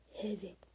heavy